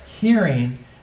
hearing